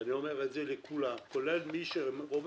ואני אומר את זה לכולם, כולל מי שרומז